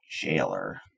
jailer